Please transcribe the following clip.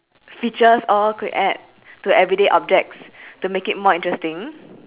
features orh could add to everyday object to make it more interesting